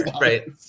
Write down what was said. right